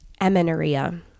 amenorrhea